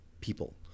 people